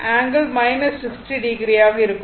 5 ∠ 60o ஆக இருக்கும்